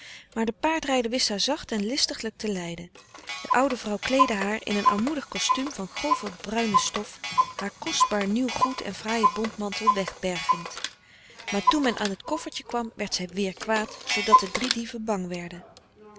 maar de paardrijder wist haar zacht en listiglijk te leiden de oude vrouw kleedde haar in een armoedig kostuum van grove bruine stof haar kostbaar nieuw goed en fraaien bontmantel wegbergend maar toen men aan het koffertje kwam werd zij weer kwaad zoodat de drie dieven bang werden